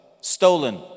stolen